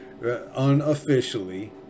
unofficially